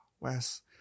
Wes